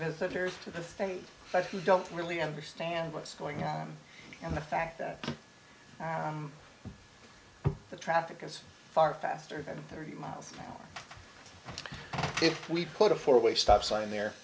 visitors to the state but we don't really understand what's going on and the fact that the traffic is far faster than thirty miles an hour if we put a four way stop sign there